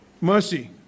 Mercy